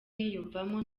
yiyumvamo